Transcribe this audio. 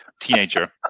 teenager